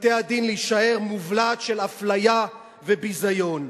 בתי-הדין, להישאר מובלעת של אפליה וביזיון.